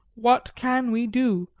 what can we do,